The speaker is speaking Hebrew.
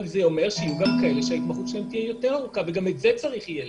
אבל זה אומר שיהיו גם כאלה שהתמחותם תתארך וגם את זה יש לקבל.